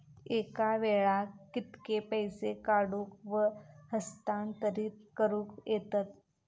एका वेळाक कित्के पैसे काढूक व हस्तांतरित करूक येतत?